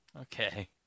Okay